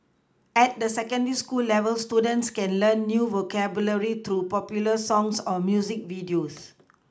at the secondary school level students can learn new vocabulary through popular songs or music videos